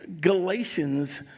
Galatians